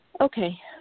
Okay